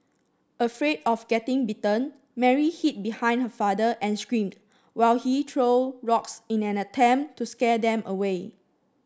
afraid of getting bitten Mary hid behind her father and screamed while he threw rocks in an attempt to scare them away